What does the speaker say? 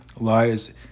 lies